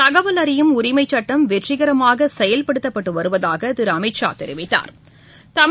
தகவல் அறியும் உரிமைச் சட்டம் வெற்றிரமாகசெயல்படுத்தப்பட்டுவருவதாகதிருஅமித்ஷா தெரிவித்தாா்